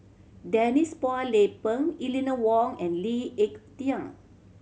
Denise Phua Lay Peng Eleanor Wong and Lee Ek Tieng